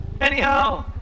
Anyhow